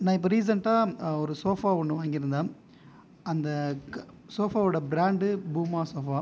நான் இப்போது ரீசெண்டாக ஒரு சோஃபா ஒன்று வாங்கி இருந்தேன் அந்த சோஃபாவோடய பிராண்ட் பூமோ சோஃபா